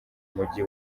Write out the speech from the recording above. mujyi